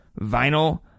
Vinyl